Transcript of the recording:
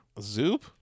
Zoop